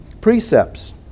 precepts